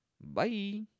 bye